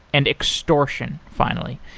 and extortion, finally.